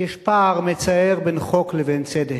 יש פער מצער בין חוק לבין צדק,